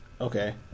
Okay